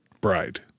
bride